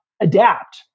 adapt